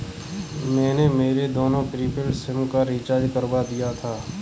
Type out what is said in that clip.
मैंने मेरे दोनों प्रीपेड सिम का रिचार्ज करवा दिया था